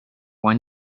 one